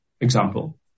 example